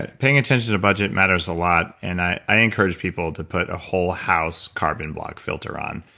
ah paying attention to budget matters a lot and i encourage people to put a whole house carbon block filter on,